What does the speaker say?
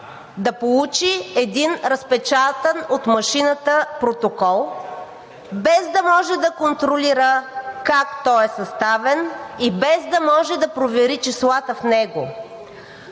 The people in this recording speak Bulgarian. да получи един разпечатан от машината протокол, без да може да контролира как той е съставен и без да може да провери числата в него.